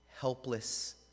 helpless